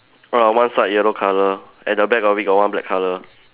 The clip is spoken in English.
err one side yellow colour at the back of it got one black colour